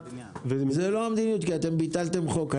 זאת לא המדיניות כי אתם ביטלתם חוק.